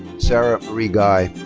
sarah marie guy.